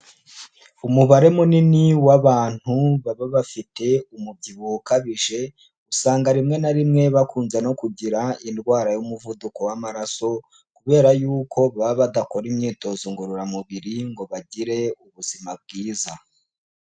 Umubare munini w'abantu baba bafite umubyibuho ukabije, usanga rimwe na rimwe bakunze no kugira indwara y'umuvuduko w'amaraso, kubera yuko baba badakora imyitozo ngororamubiri ngo bagire ubuzima bwiza.